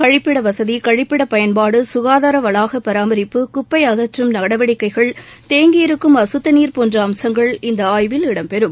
கழிப்பிடவசதி கழிப்பிட பயன்பாடு சுகாதார வளாக பராமரிப்பு குப்பை அகற்றும் நடவடிக்கைகள் தேங்கியிருக்கும் அசுத்தநீர் போன்ற அம்சங்கள் இந்த ஆய்வில் இடம்பெறும்